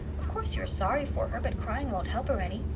of course, you are sorry for her, but crying won't help her any.